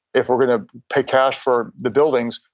if we're going to pay cash for the building,